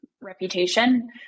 reputation